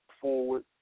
forward